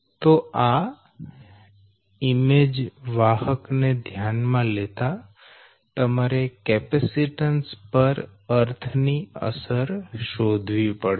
તો આ ઈમેજ વાહક ને ધ્યાનમાં લેતા તમારે કેપેસીટન્સ પર અર્થ ની અસર શોધવી પડશે